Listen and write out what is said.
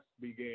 began